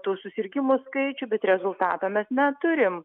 tų susirgimų skaičių bet rezultato mes neturim